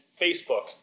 Facebook